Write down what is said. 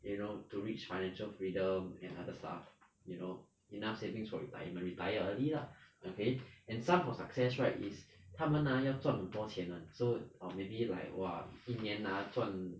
you know to reach financial freedom and other stuff you know enough savings for retirement retire early lah okay and some for success right is 他们 ah 要赚很多钱 [one] so or maybe like !wah! 一年 ah 赚